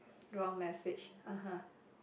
wrong message uh-huh